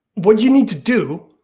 what you need to do,